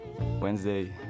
Wednesday